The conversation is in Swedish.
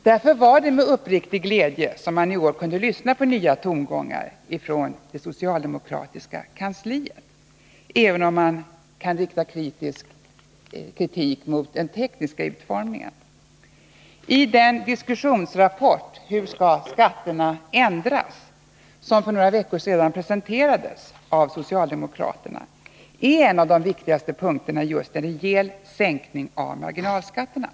Därför var det med uppriktig glädje man i år kunde lyssna på nya tongångar ifrån socialdemokraternas kansli, även om man kunde rikta kritik mot den tekniska utformningen av dessa förslag. I diskussionsrapporten Hur skall skatterna ändras? som för några veckor sedan presenterades av socialdemokraterna, är en av de viktigaste punkterna en rejäl sänkning av marginalskatterna.